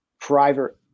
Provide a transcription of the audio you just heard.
private